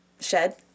shed